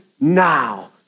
now